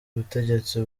ubutegetsi